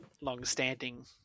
long-standing